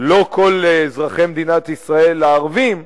לא כל אזרחי מדינת ישראל הערבים,